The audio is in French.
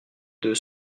deux